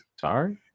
Sorry